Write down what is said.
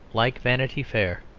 like vanity fair,